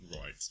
Right